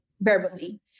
Beverly